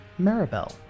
Maribel